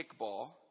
Kickball